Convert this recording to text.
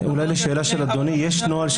אולי לשאלה של אדוני, יש נוהל.